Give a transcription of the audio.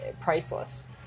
priceless